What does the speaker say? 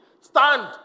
Stand